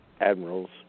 admirals